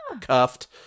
cuffed